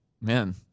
Man